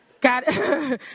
god